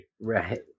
right